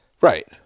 Right